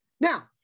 Now